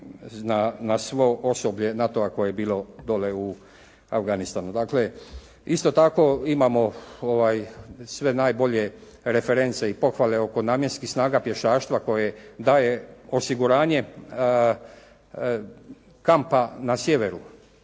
na svo osoblje NATO-a koje je bilo dole u Afganistanu. Dakle, isto tako imamo sve najbolje reference i pohvale oko namjenskih snaga pješaštva koje daje osiguranje kampa na sjeveru.